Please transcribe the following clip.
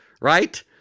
right